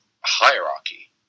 hierarchy